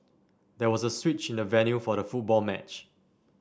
there was a switch in the venue for the football match